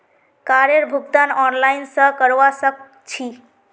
कारेर भुगतान ऑनलाइन स करवा सक छी